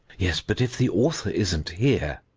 yes, but if the author isn't here.